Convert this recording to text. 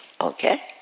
Okay